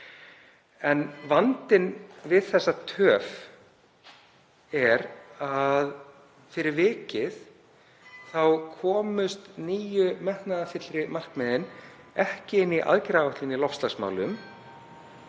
En vandinn við þessa töf er að fyrir vikið komust nýju metnaðarfyllri markmiðin ekki inn í aðgerðaáætlun í loftslagsmálum